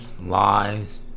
lies